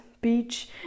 beach